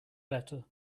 better